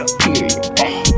period